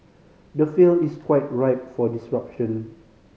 the field is quite ripe for disruption